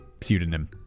pseudonym